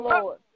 Lord